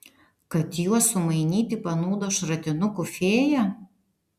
kad juos sumainyti panūdo šratinukų fėja